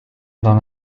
dans